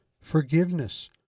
forgiveness